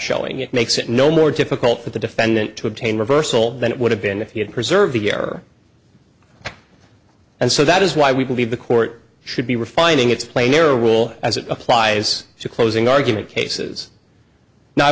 showing it makes it no more difficult for the defendant to obtain reversal than it would have been if he had preserved the error and so that is why we believe the court should be refining its play never will as it applies to closing argument cases